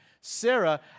Sarah